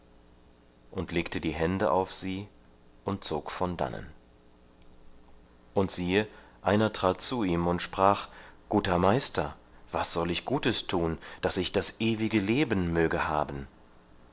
und legte die hände auf sie und zog von dannen und siehe einer trat zu ihm und sprach guter meister was soll ich gutes tun daß ich das ewige leben möge haben